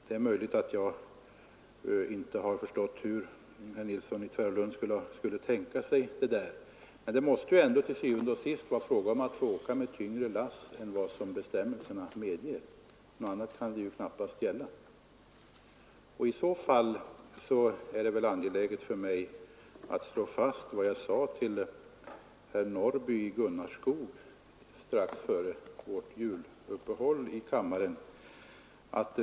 Det är möjligt att jag inte har förstått hur herr Nilsson i Tvärålund skulle tänka sig detta, men det måste ändå til syvende og sidst vara fråga om att få köra med tyngre last än vad bestämmelserna medger — något annat kan det knappast gälla. I så fall är det angeläget för mig att slå fast vad jag sade till herr Norrby i Gunnarskog strax före kammarens juluppehåll.